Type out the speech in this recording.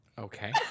okay